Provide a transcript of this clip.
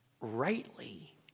rightly